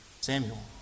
Samuel